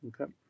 okay